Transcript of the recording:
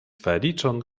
feliĉon